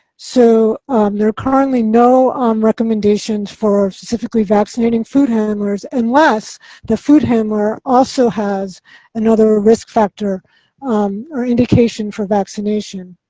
so there currently are no um recommendations for specifically vaccinating food handlers unless the food handler also has another risk factor or indication for vaccination.